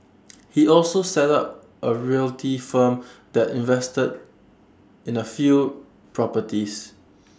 he also set up A realty firm that invested in A few properties